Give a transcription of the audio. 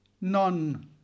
none